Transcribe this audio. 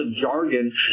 jargon